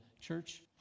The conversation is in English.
church